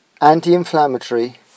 anti-inflammatory